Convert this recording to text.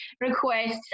requests